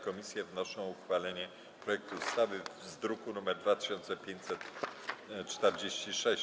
Komisje wnoszą o uchwalenie projektu ustawy z druku nr 2546.